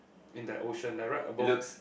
in that ocean they write above